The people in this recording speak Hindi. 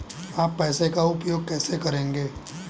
आप पैसे का उपयोग कैसे करेंगे?